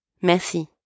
Merci